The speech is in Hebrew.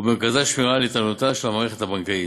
ובמרכזה שמירה על איתנותה של המערכת הבנקאית.